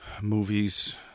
movies